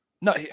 No